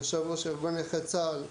יושב ראש ארגון נכי צה"ל,